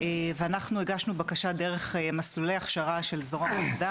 ואנחנו הגשנו בקשה דרך מסלולי הכשרה של זרוע העבודה